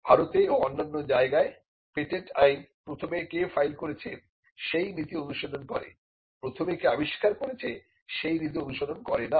ভারতে ও অন্যান্য জায়গায় পেটেন্ট আইন প্রথমে কে ফাইল করেছে সেই নীতি অনুসরণ করে প্রথমে কে আবিষ্কার করেছে সেই নীতি অনুসরণ করে না